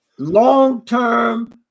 long-term